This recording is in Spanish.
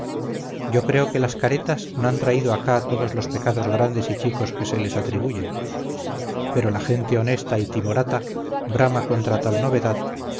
yo creo que las caretas no han traído acá todos los pecados grandes y chicos que se les atribuyen pero la gente honesta y timorata brama contra tal novedad